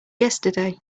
yesterday